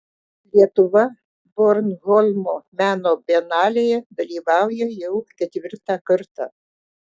lietuva bornholmo meno bienalėje dalyvauja jau ketvirtą kartą